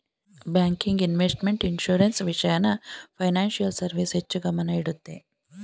banking, investment, insurance, ವಿಷಯನ financial service ಹೆಚ್ಚು ಗಮನ ಇಡುತ್ತೆ